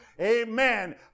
amen